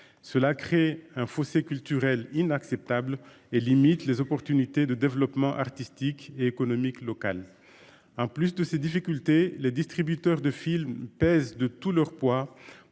Cela crée un fossé culturel inacceptable et limite les opportunités de développement artistique et économique local. En plus de ces difficultés, les distributeurs de films pèsent de tout leur poids